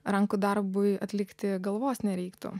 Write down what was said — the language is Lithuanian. rankų darbui atlikti galvos nereiktų